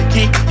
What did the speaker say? Keep